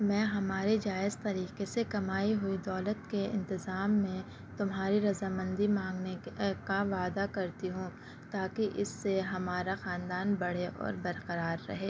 میں ہمارے جائز طریقے سے کمائی ہوئی دولت کے انتظام میں تمہاری رضا مندی مانگنے کا وعدہ کرتی ہوں تاکہ اس سے ہمارا خاندان بڑھے اور برقرار رہے